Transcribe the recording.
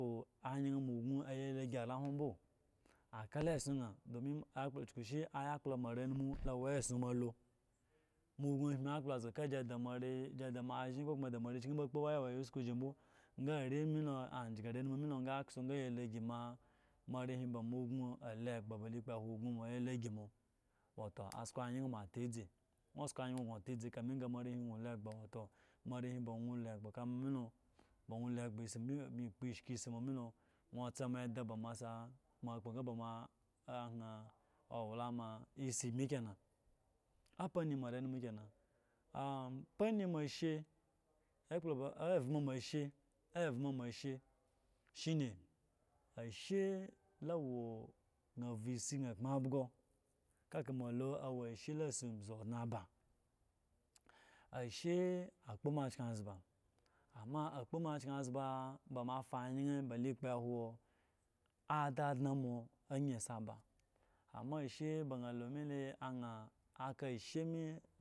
Ayian mo oyn le si mo are mbu o aka lo esson gan sku sh ayakpolo mo arenumu awo esson mo alo mo ogno a eme okpo azga ka yi da mo are ko a shen moare kyen ba kpo waya waya usko ji mbo gan are melo ajiji arehwi me to. azu ga age yaa loji mo arehwi ba mo ogno alo egbo ba loakpowo ogno mo ya sko lo gi mo wato mo sko ayya gno ta eze nwo oska ayin hno atazi kami ga ma arehwi ba bmi elo esba esi mome la sno otsa mo eda ba sa ba mo ayan owalama esi bmi kenan adami mo arenumu evma moshe shine ashe evma mo ashe evm mo she shine ashe lawo ban vu esi gan akama byo kaka mo alo ashe la asi obzu odne ba ashe a kpo mo akyen zmba amma akpowo mo a azmba ba mo afa anya ba lo akpowo dadne mo agaban amma ashe ba na alo me le aka.